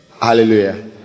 Hallelujah